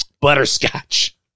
butterscotch